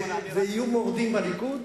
ויהיו מורדים בליכוד,